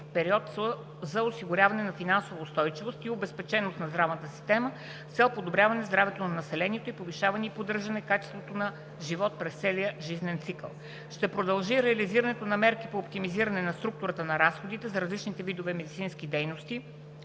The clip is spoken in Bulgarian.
период са осигуряване на финансова устойчивост и обезпеченост на здравната система с цел подобряване здравето на населението, повишаване и поддържане качеството на живот през целия жизнен цикъл. Ще продължи реализирането на мерки по оптимизиране на структурата на разходите за различните видове медицински дейности,